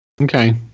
Okay